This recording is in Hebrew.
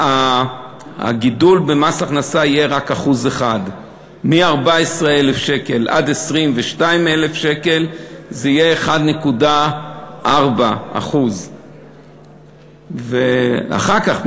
הגידול במס ההכנסה יהיה רק 1%. מ-14,000 עד 22,000 שקל זה 1.4%. אחר כך,